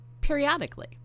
periodically